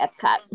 Epcot